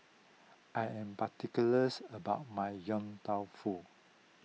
I am particulars about my Yong Tau Foo